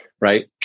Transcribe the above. right